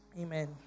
Amen